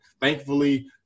thankfully